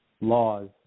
laws